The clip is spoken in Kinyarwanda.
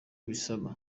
bibasaba